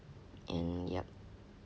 and yup